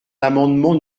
l’amendement